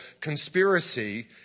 conspiracy